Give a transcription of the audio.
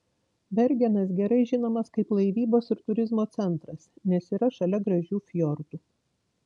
bergenas gerai žinomas kaip laivybos ir turizmo centras nes yra šalia gražių fjordų